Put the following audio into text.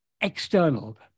external